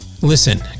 Listen